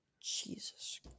Jesus